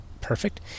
perfect